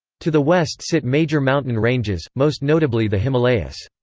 to the west sit major mountain ranges, most notably the himalayas.